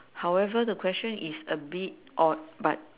however the question is a bit odd but